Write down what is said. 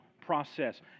process